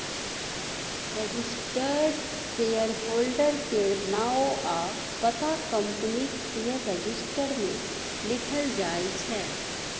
registered shareholder केर नाओ आ पता कंपनीक शेयर रजिस्टर मे लिखल जाइ छै